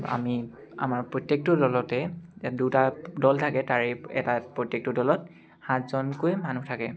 আমি আমাৰ প্ৰত্যেকটো দলতে দুটা দল থাকে তাৰে এই এটা প্ৰত্যেকটো দলত সাতজনকৈ মানুহ থাকে